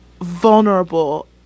vulnerable